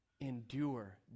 endure